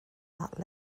that